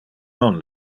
non